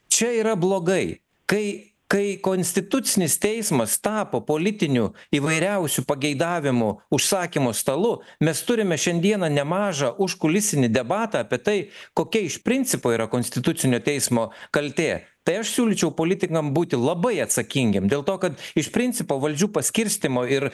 čia yra blogai kai kai konstitucinis teismas tapo politiniu įvairiausių pageidavimų užsakymų stalu mes turime šiandieną nemažą užkulisinį debatą apie tai kokia iš principo yra konstitucinio teismo kaltė tai aš siūlyčiau politikam būti labai atsakingiem dėl to kad iš principo valdžių paskirstymo ir